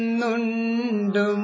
nundu